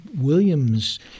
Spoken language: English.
William's